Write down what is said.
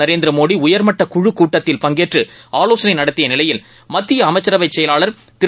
நரேந்திரமோடிஉயர்மட்டக்குழுகூட்டத்தில் பங்கேற்றஆலோசனைநடத்தியநிலையில் மத்தியஅமைச்சரவைசெயலாளர் திரு